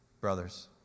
Brothers